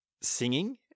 singing